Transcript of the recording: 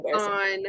on